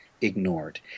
ignored